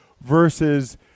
versus